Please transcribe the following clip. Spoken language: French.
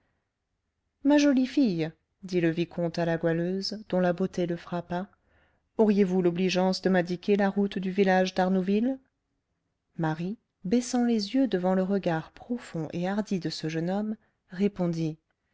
ma jolie fille dit le vicomte à la goualeuse dont la beauté le frappa auriez-vous l'obligeance de m'indiquer la route du village d'arnouville marie baissant les yeux devant le regard profond et hardi de ce jeune homme répondit